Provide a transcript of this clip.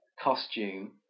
costume